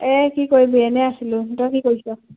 এই কি কৰিব এনেই আছিলোঁ তই কি কৰিছ